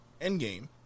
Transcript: Endgame